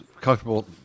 comfortable